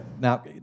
Now